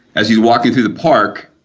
as he's walking through the park,